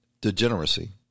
degeneracy